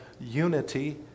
unity